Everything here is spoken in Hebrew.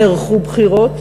נערכו בחירות,